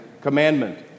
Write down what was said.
commandment